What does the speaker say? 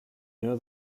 know